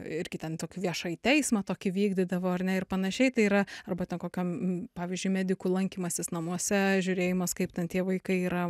irgi ten tokių viešąjį teismą tokį vykdydavo ar ne ir panašiai tai yra arba ten kokiom pavyzdžiui medikų lankymasis namuose žiūrėjimas kaip ten tie vaikai yra